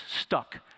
stuck